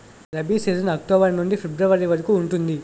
rabi season October నుండి February వరకు ఉంటుంది